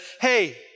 hey